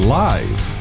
live